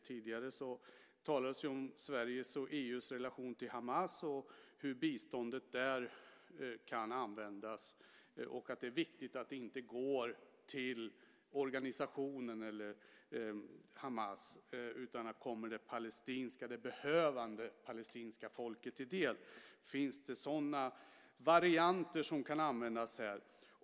Tidigare talades det om Sveriges och EU:s relation till Hamas och om hur biståndet där kan användas. Det är viktigt att det inte går till organisationen Hamas utan kommer det behövande palestinska folket till del. Finns det sådana varianter som kan användas här?